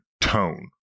tone